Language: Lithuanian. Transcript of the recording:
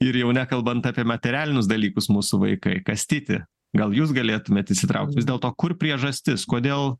ir jau nekalbant apie materialinius dalykus mūsų vaikai kastyti gal jūs galėtumėt įsitraukt vis dėlto kur priežastis kodėl